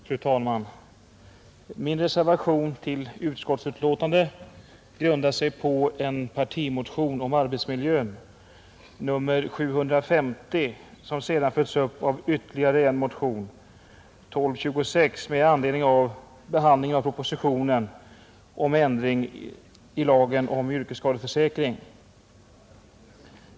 Fru talman! Min reservation till utskottsbetänkandet grundar sig på en partimotion om arbetsmiljön, nr 750, som sedan följts upp av ytterligare en motion, nr 1226, med anledning av behandlingen av propositionen om ändring i lagen om yrkesskadeförsäkring.